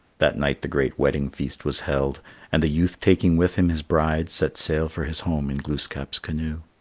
that night the great wedding feast was held and the youth taking with him his bride, set sail for his home in glooskap's canoe.